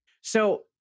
So-